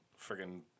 Friggin